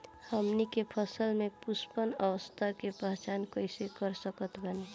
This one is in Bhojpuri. हमनी के फसल में पुष्पन अवस्था के पहचान कइसे कर सकत बानी?